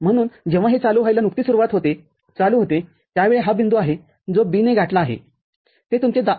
म्हणून जेव्हा हे चालू व्हायला नुकतीच सुरूवात होते चालू होतेत्यावेळी हा बिंदू आहे जो B ने गाठला आहेते तुमचे २